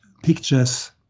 pictures